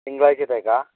തിങ്കളാഴ്ച്ചത്തേക്കാ